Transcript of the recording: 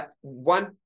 One